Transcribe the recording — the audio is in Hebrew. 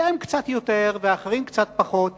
שהם קצת יותר ואחרים קצת פחות,